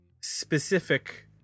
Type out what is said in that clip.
specific